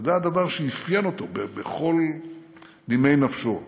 וזה הדבר שאפיין אותו בכל נימי נפשו: